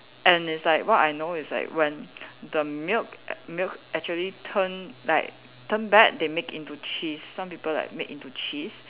and it's like what I know is like when the milk milk actually turn like turn bad they make into cheese some people like make into cheese